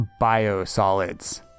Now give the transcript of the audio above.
biosolids